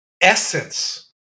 essence